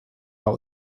out